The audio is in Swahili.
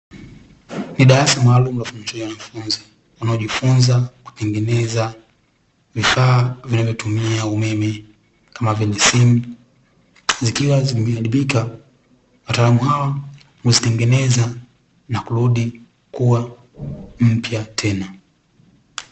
Ni darasa maalumu la ufundishaji wa wanafunzi wanaojifunza kutengeneza vifaa vinavyotumia umeme kama vile simu, zikiwa zimeharibika wataalamu hawa huzitengeneza na kurudi kuwa mpya tena.